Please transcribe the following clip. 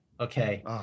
Okay